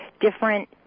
different